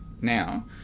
now